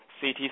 CT